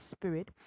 spirit